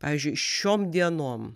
pavyzdžiui šiom dienom